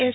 S